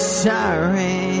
sorry